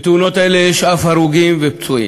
בתאונות האלה יש הרוגים ופצועים,